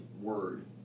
word